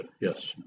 yes